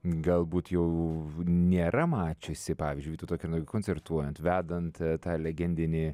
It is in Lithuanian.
galbūt jau nėra mačiusi pavyzdžiui vytauto kernagio koncertuojant vedant tą legendinį